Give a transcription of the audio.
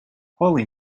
holy